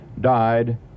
died